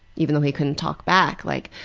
even though he couldn't talk back, like,